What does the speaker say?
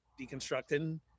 deconstructing